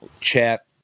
chat